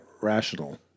rational